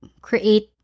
create